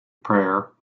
prayer